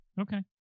Okay